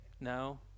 No